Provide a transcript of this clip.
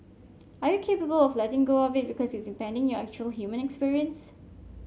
are you capable of letting go of it because it's impeding your actual human experience